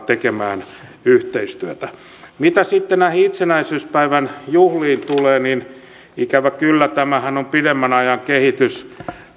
tekemään yhteistyötä mitä sitten näihin itsenäisyyspäivän juhliin tulee ikävä kyllä tämähän on pidemmän ajan kehitys